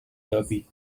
derby